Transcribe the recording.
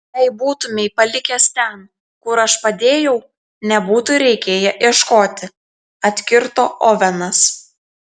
jei būtumei palikęs ten kur aš padėjau nebūtų reikėję ieškoti atkirto ovenas